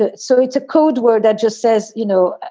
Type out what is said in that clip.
ah so it's a code word that just says, you know,